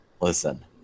Listen